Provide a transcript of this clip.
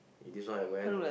this one I went lor